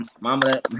mama